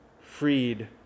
freed